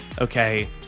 okay